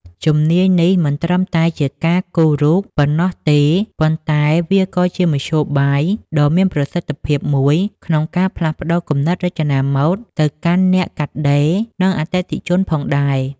ជំនាញនេះមិនត្រឹមតែជាការគូររូបប៉ុណ្ណោះទេ តែវាក៏ជាមធ្យោបាយដ៏មានប្រសិទ្ធភាពមួយក្នុងការផ្លាស់ប្ដូរគំនិតរចនាម៉ូដទៅកាន់អ្នកកាត់ដេរ និងអតិថិជនផងដែរ។